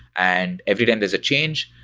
and every time there's a change,